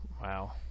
wow